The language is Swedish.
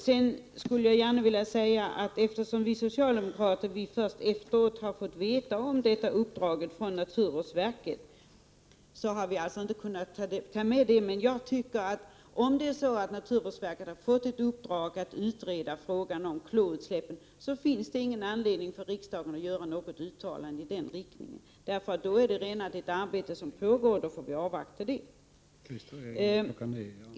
Jag skulle gärna vilja säga att eftersom vi socialdemokrater först efteråt har fått kännedom om naturvårdsverkets uppdrag, har vi inte kunnat ta med det i betänkandet. Men om naturvårdsverket har fått ett uppdrag att utreda frågan om klorutsläppen, finns det ingen anledning för riksdagen att göra något uttalande i den riktningen. Då pågår redan ett arbete, och vi får avvakta det.